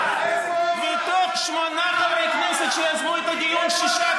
לנשים עם פיגור שלא משכירים להם דירות בקריית